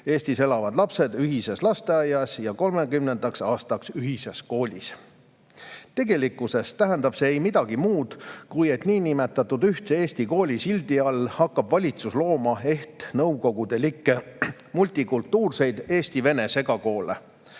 Eestis elavad lapsed ühises lasteaias ja 2030. aastaks ühises koolis. Tegelikkuses tähendab see ei midagi muud, kui et niinimetatud ühtse Eesti kooli sildi all hakkab valitsus looma ehtnõukogulikke multikultuurilisi eesti-vene segakoole,